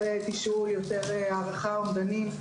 יותר תשאול, הערכה אומדנית.